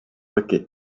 wicket